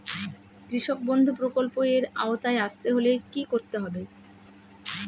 কৃষকবন্ধু প্রকল্প এর আওতায় আসতে হলে কি করতে হবে?